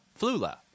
Flula